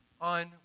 on